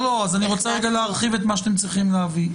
רוצה להרחיב את מה שאתם צריכים להביא.